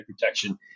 protection